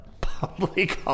public